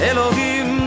Elohim